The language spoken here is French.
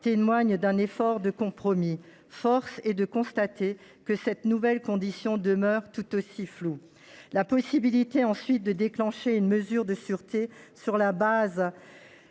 témoigne d’un effort de compromis, force est de constater que cette nouvelle condition demeure tout aussi floue. La possibilité de déclencher une mesure de sûreté sur le